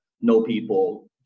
no-people